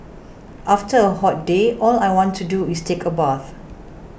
after a hot day all I want to do is take a bath